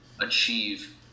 achieve